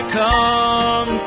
come